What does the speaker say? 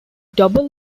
double